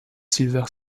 silver